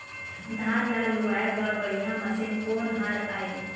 धान ला लुआय बर बढ़िया मशीन कोन हर आइ?